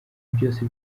byose